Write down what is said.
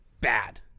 bad